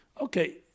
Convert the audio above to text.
Okay